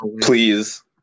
Please